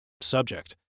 subject